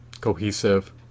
cohesive